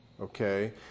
Okay